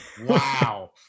Wow